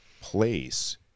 place